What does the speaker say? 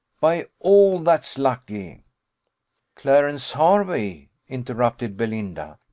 by all that's lucky clarence hervey! interrupted belinda.